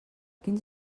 quins